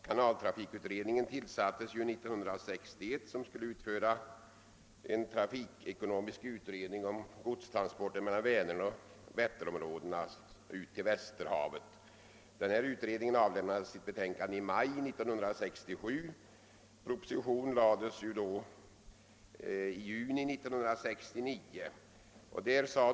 Kanaltrafikutredningen, som tillsattes 1961, skulle verkställa en trafikekonomisk utredning om godstransporter mellan Väneroch Vätterområdena samt Västerhavet. Denna utredning avlämnade sitt betänkande i måj 1967. Proposition med anledning härav framlades i juni 1969.